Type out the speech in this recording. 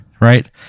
right